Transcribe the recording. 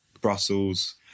Brussels